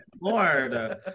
Lord